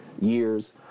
years